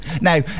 Now